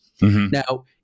Now